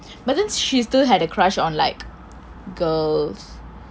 but then she still had a crush on like girls